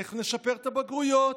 איך נשפר את הבגרויות,